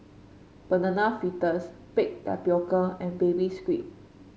Banana Fritters Baked Tapioca and Baby Squid